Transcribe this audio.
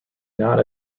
not